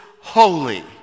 holy